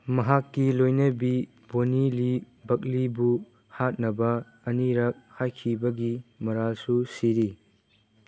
ꯃꯍꯥꯛꯀꯤ ꯂꯣꯏꯅꯕꯤ ꯕꯣꯅꯤꯂꯤ ꯕꯛꯂꯤꯕꯨ ꯍꯥꯠꯅꯕ ꯑꯅꯤꯔꯛ ꯍꯥꯏꯈꯤꯕꯒꯤ ꯃꯔꯥꯜꯁꯨ ꯁꯤꯔꯤ